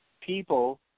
people